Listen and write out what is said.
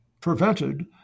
prevented